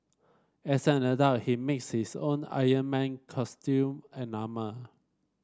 as an adult he makes his own Iron Man costume and armour